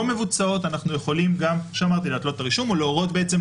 מבוצעות אנחנו יכולים גם כפי שאמרתי להתלות את הרישום או לתת